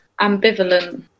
Ambivalent